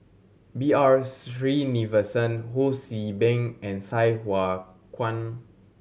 B R Sreenivasan Ho See Beng and Sai Hua Kuan